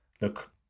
look